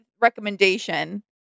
recommendation